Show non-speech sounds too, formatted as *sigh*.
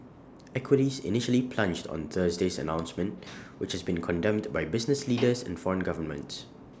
equities initially plunged on Thursday's announcement *noise* which has been condemned by business *noise* leaders and foreign governments